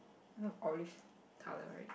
not orange colour right